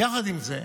יחד עם זה,